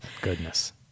Goodness